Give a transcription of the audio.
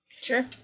Sure